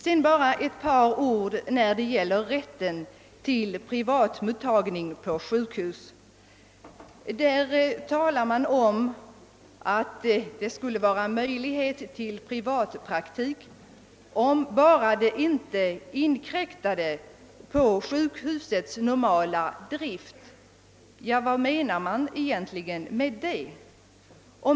Så bara ett par ord när det gäller rätten till privatmottagning på sjukhus. Man talar i reservation 2 om att det borde finnas möjlighet till privatpraktik på sjukhus om det bara inte inkräktade på sjukhusets normala drift. Vad menar man egentligen med det?